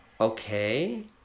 Okay